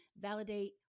validate